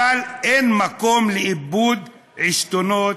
אבל אין מקום לאיבוד עשתונות